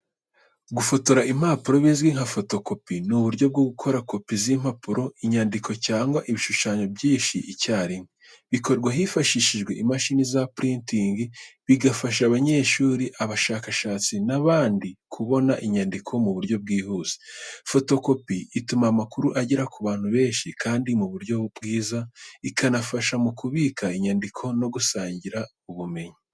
Gufotora impapuro, bizwi nka photocopy, ni uburyo bwo gukora copy z’impapuro, inyandiko cyangwa ibishushanyo byinshi icyarimwe. Bikorwa hifashishijwe imashini za printing, bigafasha abanyeshuri, abashakashatsi n’abandi kubona inyandiko mu buryo bwihuse. Photocopy ituma amakuru agera ku bantu benshi kandi mu buryo bwiza, ikanafasha mu kubika inyandiko no gusangira ubumenyi.